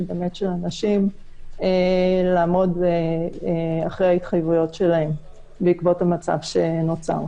של האנשים לעמוד אחרי ההתחייבויות שלהם בעקבות המצב שנוצר.